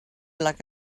like